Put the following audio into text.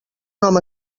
home